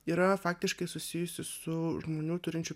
yra faktiškai susijusi su žmonių turinčių